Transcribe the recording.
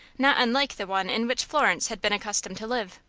not unlike the one in which florence had been accustomed to live.